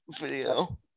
video